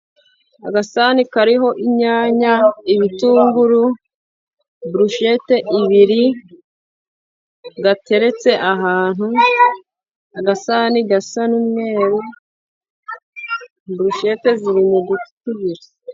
Agasahani kariho inyanya, ibitunguru, boroshete ebyiri, gateretse ahantu, agasahani gasa n'umweru, boroshete ziri mu gu...